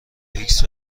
ایکس